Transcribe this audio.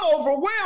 overwhelmed